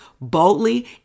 boldly